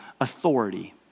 authority